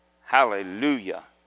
Hallelujah